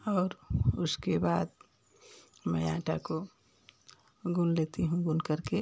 और उसके बाद मैं आटा को गूँथ लेती हुँ गूँथ करके